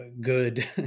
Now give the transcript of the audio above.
good